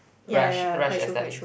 rush rush their studies